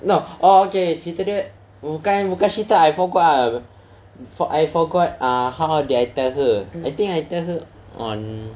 no orh okay cerita dia bukan cerita I forgot ah I forgot err how did I tell her I think I tell her on